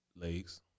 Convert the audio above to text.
Legs